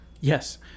Yes